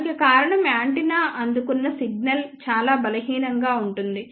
దానికి కారణం యాంటెన్నా అందుకున్న సిగ్నల్ చాలా బలహీనంగాఉంటుంది